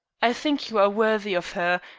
i think you are worthy of her,